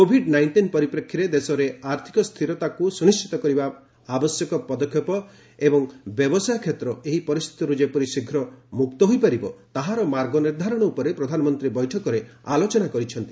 Covid nineteen ପରିପ୍ରେକ୍ଷୀରେ ଦେଶରେ ଆର୍ଥକ ସ୍ଥିରତାକୁ ସୁନିଷ୍ଠିତ କରିବାପାଇଁ ଆବଶ୍ୟକ ପଦକ୍ଷେପ ଏବଂ ବ୍ୟବସାୟ କ୍ଷେତ୍ର ଏହି ପରିସ୍ଥିତିରୁ ଯେପରି ଶୀଘ୍ର ମୁକ୍ତ ହୋଇପାରିବ ତାହାର ମାର୍ଗ ନିର୍ଦ୍ଧାରଣ ଉପରେ ପ୍ରଧାନମନ୍ତ୍ରୀ ବୈଠକରେ ଆଲୋଚନା କରିଛନ୍ତି